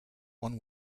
one